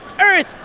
earth